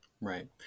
Right